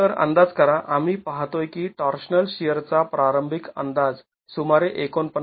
तर अंदाज करा आम्ही पाहतोय की टॉर्शनल शिअरचा प्रारंभिक अंदाज सुमारे ४९ kN ४९